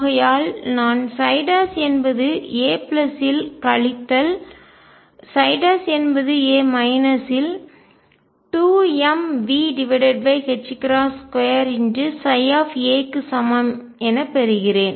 ஆகையால் நான் என்பது a இல் கழித்தல் என்பது a இல் 2mV2 க்கு சமம் என பெறுகிறேன்